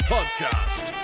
Podcast